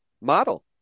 model